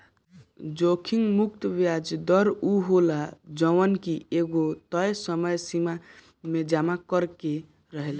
जोखिम मुक्त बियाज दर उ होला जवन की एगो तय समय सीमा में जमा करे के रहेला